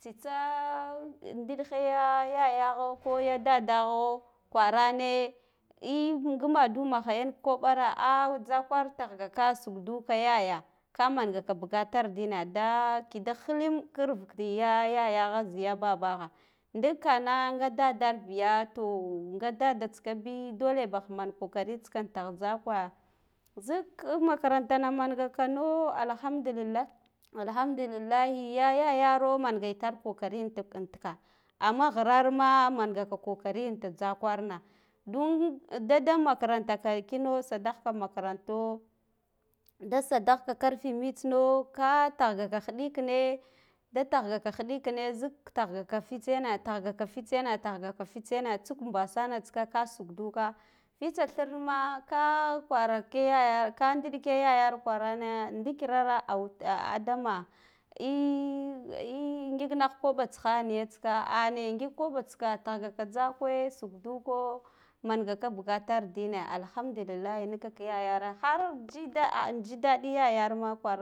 Tsitsa ndil ghe ya yayagho ko ya daddaho ee kwarane ee ngumada mahaya koɓara a tzakwar tahga ka shuk duka yaya ka mangaka bagatar dina a a kida hilim arv kiya yayagha ziya bbagha ndik kana nga daddarbiya tom ga dadda tsikabi dole bah man kokari tsika an tah tzakwa zik makarantana mangakano alhamdullilahi alhamdullilahi ya yayaro manga itar kokari infik, infika amma ghirarma mangaka kokari anta tzakwar na dun dada makarantaka kino sadahkan ammakaranto da sadahka karfe mtsi no ka dahgako hiɗikine da tahgaka hiɗik ine zik tahgaka fitsa yena, tahgha fittsaye na tsuk basanaka, ka shuk duka fitsa thirma ka kwarake yaya, ka ɗiɗɗke yayaro kwarane dikira ra cuta, adama ee, ee ngig nah koba tsiha niya tsika ane ngig koɓa tsika tahgalaa tzak we shuk duko mangaka bugatar da na alhamdullillahi nuv yayara har ji nika, ka yayara har ji, aa anjidaɗiya yarma kwar,